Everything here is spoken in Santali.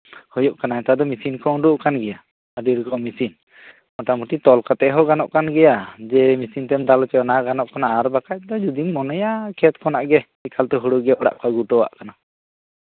ᱦᱩᱭᱩᱜ ᱠᱟᱱᱟ ᱱᱮᱛᱟᱨ ᱫᱚ ᱢᱮᱥᱤᱱ ᱠᱚ ᱩᱰᱩᱠ ᱠᱟᱱ ᱜᱮᱭᱟ ᱟᱹᱰᱤ ᱨᱚᱠᱚᱢ ᱢᱮᱥᱤᱱ ᱢᱳᱴᱟᱢᱩᱴᱤ ᱛᱚᱞ ᱠᱟᱛᱮᱜ ᱦᱚᱸ ᱜᱟᱱᱚᱜ ᱠᱟᱱ ᱜᱮᱭᱟ ᱡᱮ ᱢᱮᱥᱤᱱ ᱛᱮᱢ ᱫᱟᱞ ᱦᱚᱪᱚᱭᱟ ᱟᱨ ᱵᱟᱠᱷᱟᱡ ᱫᱚ ᱡᱩᱫᱤᱢ ᱢᱚᱱᱮᱭᱟ ᱠᱷᱮᱛ ᱠᱷᱚᱱᱟᱜ ᱜᱮ ᱮᱠᱟᱞᱛᱮ ᱦᱳᱲᱳ ᱚᱲᱟᱜ ᱠᱚ ᱟᱹᱜᱩ ᱦᱚᱴᱚ ᱠᱟᱜ ᱠᱟᱱᱟ